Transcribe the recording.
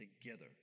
together